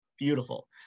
beautiful